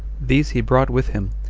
these he brought with him,